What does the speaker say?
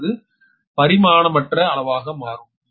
அது பரிமாணமற்ற அளவாக மாறும்